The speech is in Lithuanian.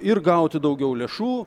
ir gauti daugiau lėšų